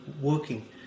working